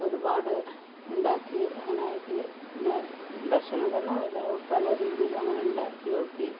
ഒരുപാട് ഉണ്ടാക്കി അങ്ങനെ ആയിട്ട് പിന്നെ ഭക്ഷണം തന്നെ പല രീതിയിൽ അങ്ങനെ ഉണ്ടാക്കി നോക്കി